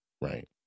right